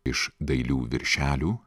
iš dailių viršelių